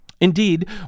Indeed